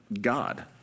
God